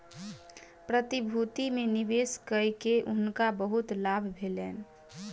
प्रतिभूति में निवेश कय के हुनका बहुत लाभ भेलैन